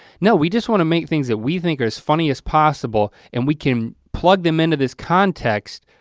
no, we just want to make things that we think are as funny as possible. and we can plug them into this context,